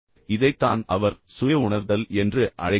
இதைத்தான் அவர் சுய உணர்தல் என்று அழைக்கிறார்